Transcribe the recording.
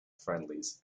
friendlies